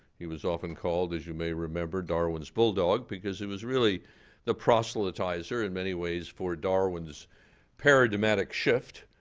he was often called, as you may remember, darwin's bulldog, because he was really the proselytizer, in many ways, for darwin's paradigmatic shift.